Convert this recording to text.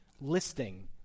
listing